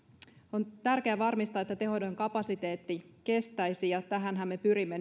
on tärkeää varmistaa että tehohoidon kapasiteetti kestäisi ja tähänhän me pyrimme